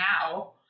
now